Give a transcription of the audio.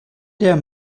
der